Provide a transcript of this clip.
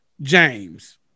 James